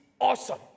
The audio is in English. awesome